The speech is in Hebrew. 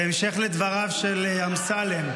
בהמשך לדבריו של אמסלם, אחוות מזרחים.